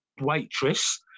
Waitress